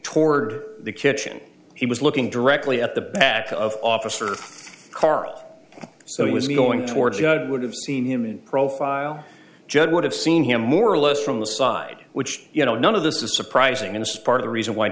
toward the kitchen he was looking directly at the back of officer car so he was going towards god would have seen him in profile judd would have seen him more or less from the side which you know none of this is surprising in this part of the reason why